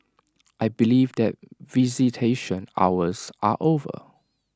I believe that visitation hours are over